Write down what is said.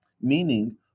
Meaning